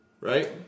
Right